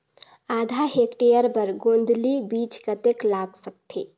आधा हेक्टेयर बर गोंदली बीच कतेक लाग सकथे?